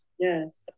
Yes